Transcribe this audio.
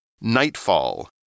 Nightfall